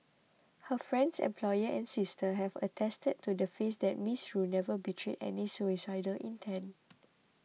her friends employer and sister have attested to the that Miss Rue never betrayed any suicidal intent